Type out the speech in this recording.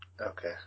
okay